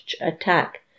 attack